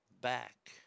back